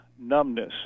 numbness